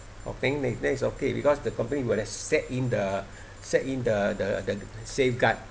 then that's okay because the company would have set in the set in the the safeguard